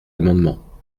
amendements